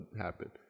happen